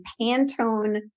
Pantone